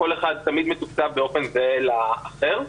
כל אחד תמיד מתוקצב באופן זהה לאחר.